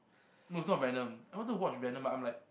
no it's not venom I wanted to watch venom but I'm like